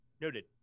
Noted